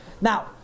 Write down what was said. Now